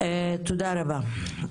תודה רבה.